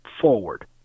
forward